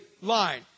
line